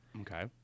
Okay